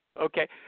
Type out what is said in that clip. Okay